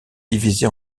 divisé